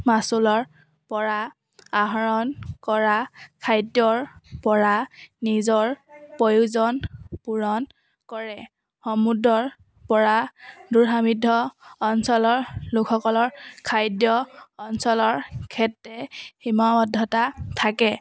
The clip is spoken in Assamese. মাচুলৰ পৰা আহৰণ কৰা খাদ্যৰ পৰা নিজৰ প্ৰয়োজন পূৰণ কৰে সমুদ্ৰৰ পৰা অঞ্চলৰ লোকসকলৰ খাদ্য অঞ্চলৰ ক্ষেত্ৰে সীমাৱদ্ধতা থাকে